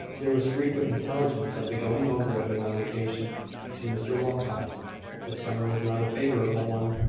there was frequent intelligence of the going over of another patient to mr walcot the summer was not a favourable one,